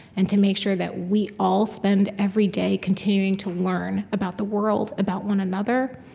and to make sure that we all spend every day continuing to learn about the world, about one another,